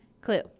Clue